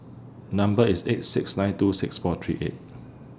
Number IS eight six nine two six four three eight